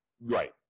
right